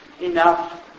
enough